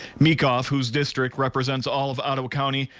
meekhof, whose district represents all of ottawa county,